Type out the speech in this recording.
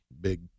big